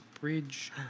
bridge